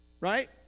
Right